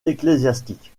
ecclésiastique